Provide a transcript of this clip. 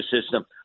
system